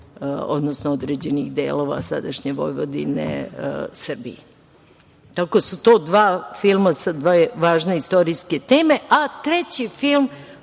odnosno određenih delova sadašnje Vojvodine Srbiji. To su dva filma sa dve važne istorijske teme. Treći film